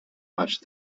much